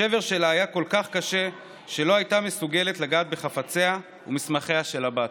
השבר שלה היה כל כך קשה שלא הייתה מסוגלת לגעת בחפציה ובמסמכיה של הבת,